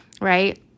right